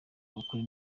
gukora